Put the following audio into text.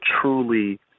truly